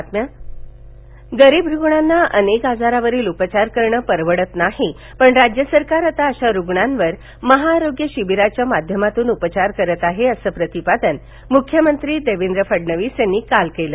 मख्यमंत्री धळे गरीब रूग्णांना अनेक आजारावरील उपचार करणे परवडत नाही पण राज्यसरकार आता अशा रूग्णांवर महाआरोग्य शिबिरांच्या माध्यमातून उपचार करतं आहे असं प्रतिपादन मुख्यमंत्री देवेंद्र फडणविस यांनी काल केलं